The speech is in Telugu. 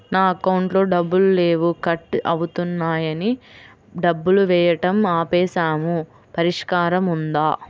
నా అకౌంట్లో డబ్బులు లేవు కట్ అవుతున్నాయని డబ్బులు వేయటం ఆపేసాము పరిష్కారం ఉందా?